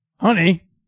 Honey